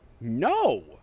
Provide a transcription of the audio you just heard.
no